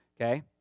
okay